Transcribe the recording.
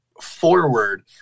forward